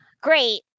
great